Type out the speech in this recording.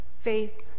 faith